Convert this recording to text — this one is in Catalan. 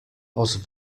els